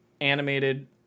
animated